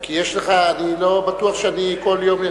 כי אני לא בטוח שאני כל יום,